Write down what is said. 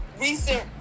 recent